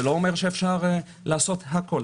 זה לא אומר שאפשר לעשות הכול.